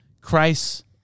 Christ